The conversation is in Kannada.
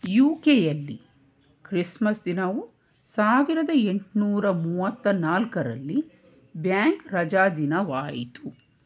ಯು ಕೆಯಲ್ಲಿ ಕ್ರಿಸ್ಮಸ್ ದಿನವು ಸಾವಿರದ ಎಂಟ್ನೂರ ಮೂವತ್ತ ನಾಲ್ಕರಲ್ಲಿ ಬ್ಯಾಂಕ್ ರಜಾದಿನವಾಯಿತು